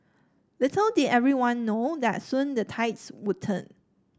little did everyone know that soon the tides would turn